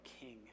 king